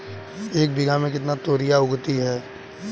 एक बीघा में कितनी तोरियां उगती हैं?